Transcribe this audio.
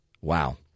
Wow